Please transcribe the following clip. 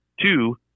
Two